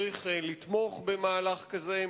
צריך לתמוך במהלך כזה.